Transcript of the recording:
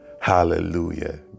hallelujah